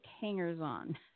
hangers-on